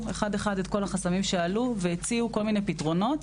אחד אחד את כל החסמים שעלו והציעו כל מיני פתרונות,